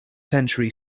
century